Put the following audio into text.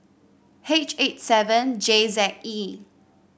H eight seven J Z E